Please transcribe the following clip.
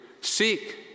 seek